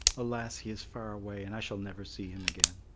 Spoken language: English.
alas! he is far away, and i shall never see him again.